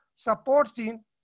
supporting